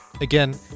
Again